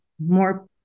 more